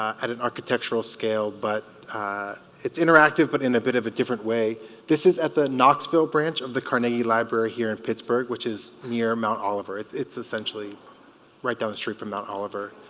at an architectural scale but it's interactive but in a bit of a different way this is at the knoxville branch of the carnegie library here in pittsburgh which is near mount oliver it's it's essentially right down the street from mount oliver